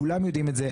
כולם יודעים את זה.